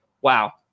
wow